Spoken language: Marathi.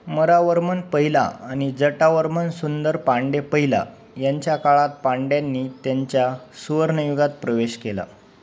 मरावर्मन पहिला आणि जटावर्मन सुंदर पांड्य पहिला यांच्या काळात पांड्यांनी त्यांच्या सुवर्णयुगात प्रवेश केला